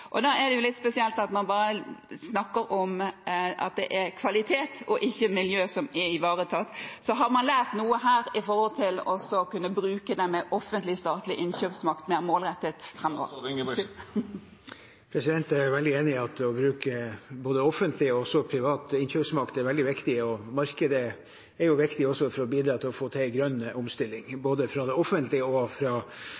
litt spesielt at man snakker om at det er kvalitet og ikke miljø som er ivaretatt. Har man lært noe her i forhold til å kunne bruke den offentlige, statlige innkjøpsmakten mer målrettet framover? Jeg er veldig enig i at å bruke offentlig og også privat innkjøpsmakt er veldig viktig. Markedet er viktig også for å bidra til å få til en grønn omstilling